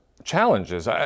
Challenges